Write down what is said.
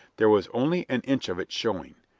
there was only an inch of it showing,